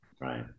Right